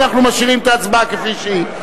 אנחנו משאירים את ההצבעה כפי שהיא.